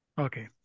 Okay